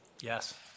yes